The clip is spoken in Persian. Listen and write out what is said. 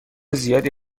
زیادی